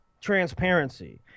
transparency